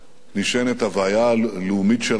נשענת ההוויה הלאומית שלנו.